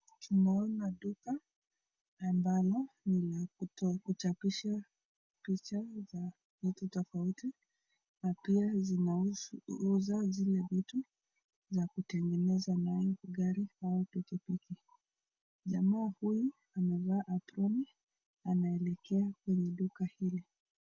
Tunaona duka ambalo ni la kuchapisha picha za watu tofauti na pia zinauza zile vitu za kutengeneza naye gari au pikipiki. Jamaa huyu amevaa aproni anaelekea kwenye duka hili.